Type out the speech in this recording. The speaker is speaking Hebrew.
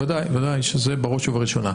ודאי וודאי שזה בראש ובראשונה.